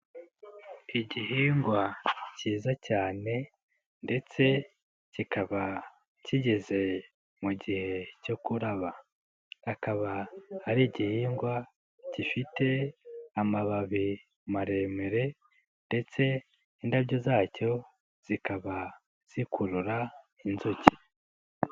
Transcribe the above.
Igihingwa kiza cyane ndetse kikaba kigeze mu gihe cyo kuraba, akaba ari igihingwa gifite amababi maremare ndetse indabyo zacyo zikaba zikurura inzuki.